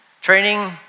Training